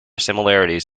similarities